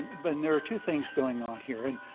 but and there are two things going on here, and